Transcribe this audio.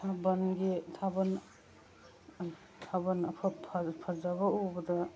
ꯊꯥꯕꯟꯒꯤ ꯊꯥꯕꯟ ꯐꯖꯕ ꯎꯕꯗ